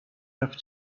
have